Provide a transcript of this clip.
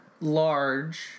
Large